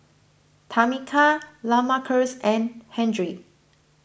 Tamika Lamarcus and Henry